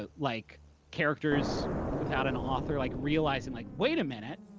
ah like characters without an author like realizing like, wait a minute,